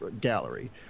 gallery